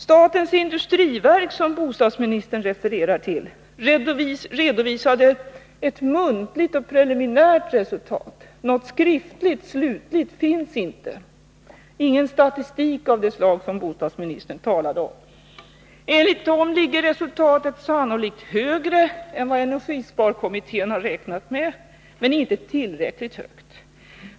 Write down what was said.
Statens industriverk, som bostadsministern refererar till, redovisade muntligt ett preliminärt resultat. Det finns inget skriftligt slutligt resultat och ingen färdig statistik av det slag som bostadsministern talar om. Enligt industriverket ligger resultatsiffran sannolikt högre än vad energisparkommittén har räknat med, men inte tillräckligt högt.